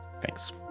Thanks